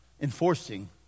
enforcing